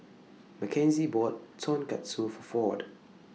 Makenzie bought Tonkatsu For Ford